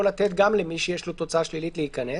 לתת גם למי שיש לו תוצאה שלילית להיכנס.